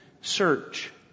search